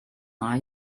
are